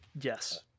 yes